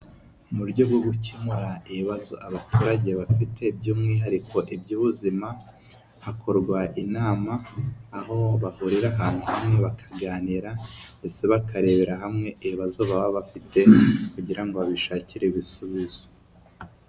Mu buryo bwo gukemura ibibazo abaturage bafite by'umwihariko iby'ubuzima, hakorwa inama aho bahurira ahantu hamwe bakaganira ndetse bakarebera hamwe ibibazo baba bafite kugirango babishakire ibisubizo.